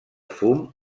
fum